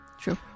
true